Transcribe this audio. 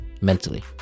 mentally